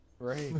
Right